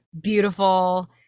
beautiful